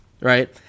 right